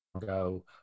go